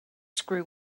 screw